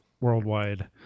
worldwide